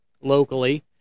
locally